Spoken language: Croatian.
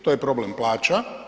To je problem plaća.